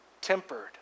tempered